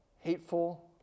hateful